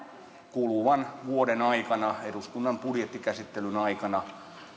kuluvan vuoden aikana eduskunnan budjettikäsittelyn aikana